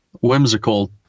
whimsical